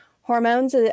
hormones